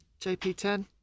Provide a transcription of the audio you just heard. JP10